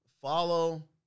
Follow